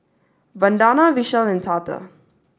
Vandana Vishal and Tata